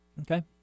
Okay